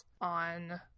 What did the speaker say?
on